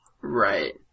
right